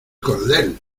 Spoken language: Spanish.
cordel